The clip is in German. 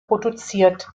produziert